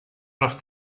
los